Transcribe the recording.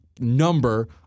number